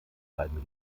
beiden